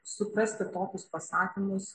suprasti tokius pasakymus